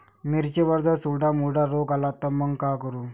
मिर्चीवर जर चुर्डा मुर्डा रोग आला त मंग का करू?